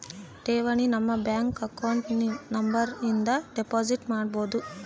ಠೇವಣಿಯನು ನಮ್ಮ bank account number ಇಂದ ಡೆಪೋಸಿಟ್ ಮಾಡ್ಬೊದು